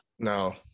No